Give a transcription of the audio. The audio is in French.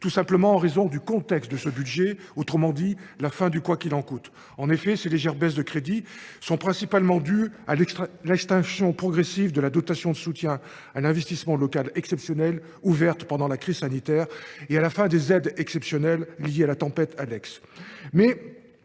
Tout simplement en raison du contexte de ce projet de budget, autrement dit la fin du « quoi qu’il en coûte ». En effet, ces légères baisses de crédits sont principalement dues à l’extinction progressive de la dotation de soutien à l’investissement local exceptionnelle ouverte pendant la crise sanitaire et à la fin des aides exceptionnelles liées à la tempête Alex.